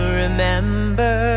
remember